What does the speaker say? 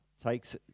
takes